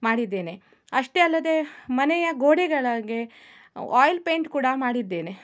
ಮಾಡಿದೇನೆ ಅಷ್ಟೇ ಅಲ್ಲದೇ ಮನೆಯ ಗೋಡೆಗಳಿಗೆ ಆಯ್ಲ್ ಪೇಂಟ್ ಕೂಡ ಮಾಡಿದ್ದೇನೆ